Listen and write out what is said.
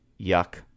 yuck